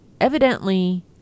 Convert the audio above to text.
evidently